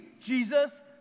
Jesus